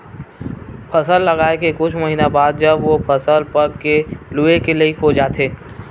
फसल लगाए के कुछ महिना बाद जब ओ फसल पक के लूए के लइक हो जाथे